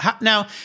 Now